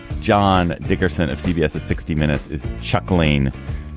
john dickerson of cbs sixty minutes chuckling.